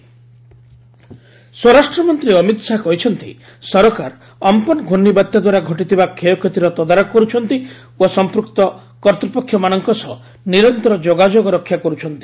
HM Amphan ସ୍ୱରାଷ୍ଟ୍ର ମନ୍ତ୍ରୀ ଅମିତ ଶାହା କହିଛନ୍ତି ସରକାର ଅମ୍ପନ୍ ଘୂର୍ଣ୍ଣିବାତ୍ୟା ଦ୍ୱାରା ଘଟିଥିବା କ୍ଷୟକ୍ଷତିର ତଦାରଖ କରୁଛନ୍ତି ଓ ସମ୍ପୁକ୍ତ କର୍ତ୍ତ୍ୱପକ୍ଷମାନଙ୍କ ସହ ନିରନ୍ତର ଯୋଗାଯୋଗ ରକ୍ଷା କରୁଛନ୍ତି